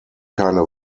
keine